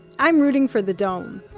i'm rooting for the dome.